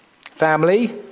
Family